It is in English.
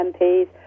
MPs